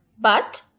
but,